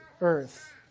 earth